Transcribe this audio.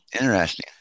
Interesting